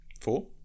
four